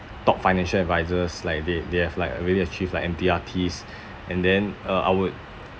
top financial advisers like they they have like already achieved like M_D_R_Ts and then uh I would